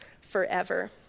forever